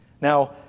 Now